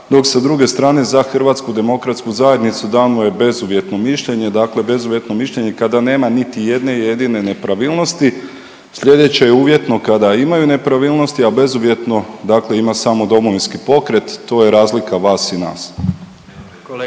dok sa druge strane za HDZ dano je bezuvjetno mišljenje, dakle bezuvjetno mišljenje kada nema niti jedne jedine nepravilnosti, slijedeće je uvjetno kada imaju nepravilnosti, a bezuvjetno dakle ima samo Domovinski pokret, to je razlika vas i nas.